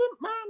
man